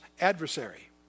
adversary